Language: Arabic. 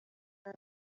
توم